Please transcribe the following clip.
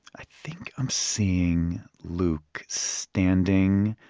i think i'm seeing luke standing,